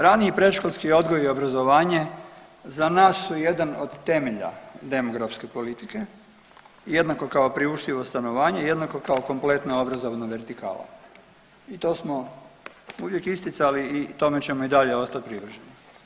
Rani i predškolski odgoj i obrazovanje za nas su jedan od temelja demografske politike, jednako kao priuštivo stanovanje i jednako kao kompletna obrazovna vertikala i to smo uvijek isticali i tome ćemo i dalje ostat privrženi.